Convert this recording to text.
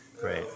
Great